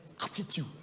attitude